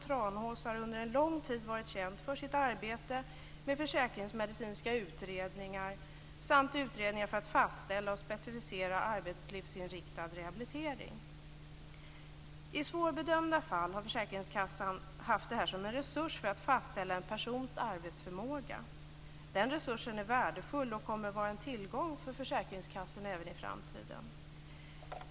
Tranås har under en lång tid varit kända för sitt arbete med försäkringsmedicinska utredningar samt utredningar för att fastställa och specificera arbetslivsinriktad rehabilitering. I svårbedömda fall har försäkringskassan haft det här som en resurs för att fastställa en persons arbetsförmåga. Denna resurs är värdefull och kommer att vara en tillgång för försäkringskassorna även i framtiden.